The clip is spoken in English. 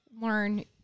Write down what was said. learn